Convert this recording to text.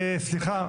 סליחה,